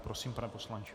Prosím, pane poslanče.